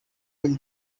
will